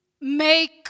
make